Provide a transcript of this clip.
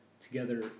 together